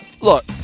look